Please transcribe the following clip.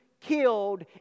killed